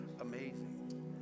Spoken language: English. amazing